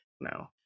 no